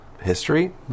history